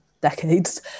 decades